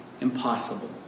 impossible